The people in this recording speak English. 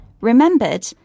remembered